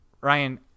Ryan